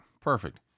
Perfect